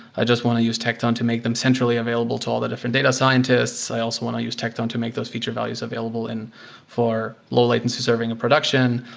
i just want to use tecton to make them centrally available to all the different data scientists. i also want to use tecton to make those feature values available and for low latency serving a production.